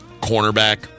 cornerback